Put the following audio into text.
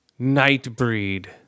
Nightbreed